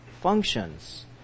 functions